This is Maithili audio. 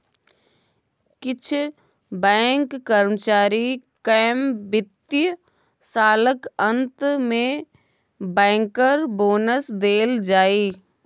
किछ बैंक कर्मचारी केँ बित्तीय सालक अंत मे बैंकर बोनस देल जाइ